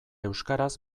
euskaraz